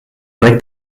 rec